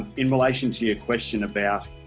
in relation to your question about